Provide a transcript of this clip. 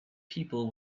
people